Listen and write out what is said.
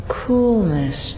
coolness